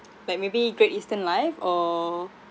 like maybe great eastern life or